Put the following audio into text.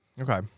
Okay